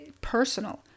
personal